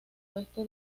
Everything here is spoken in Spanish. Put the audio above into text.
oeste